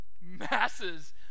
masses